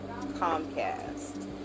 Comcast